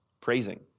praising